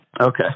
Okay